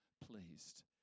pleased